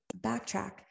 backtrack